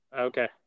Okay